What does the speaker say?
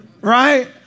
right